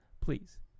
please